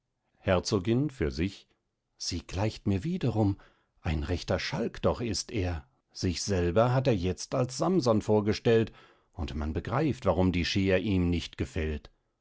herzogin für sich sie gleicht mir wiederum ein rechter schalk doch ist er sich selber hat er jetzt als samson vorgestellt und man begreift warum die scher ihm nicht gefällt